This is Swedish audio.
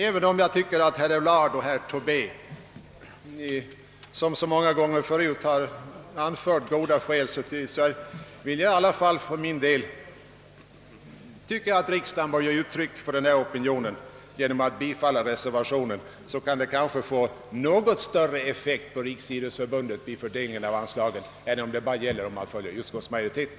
Även om jag tycker att herr Allard och herr Tobé liksom många gånger förut anfört goda skäl, bör riksdagen ge uttryck för en opinion genom att bifalla reservationen. Detta kan måhända få något större effekt på Riksidrottsförbundet än om riksdagen endast följer utskottsmajoriteten.